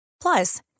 Plus